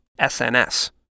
SNS